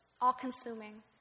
all-consuming